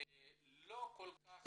אני לא כל כך